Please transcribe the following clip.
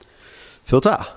Filter